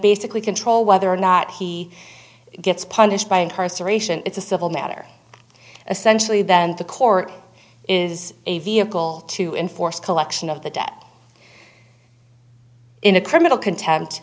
basically control whether or not he gets punished by incarceration it's a civil matter essential to that and the court is a vehicle to enforce collection of the debt in a criminal contempt